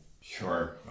Sure